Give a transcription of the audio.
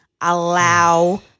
allow